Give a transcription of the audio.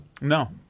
No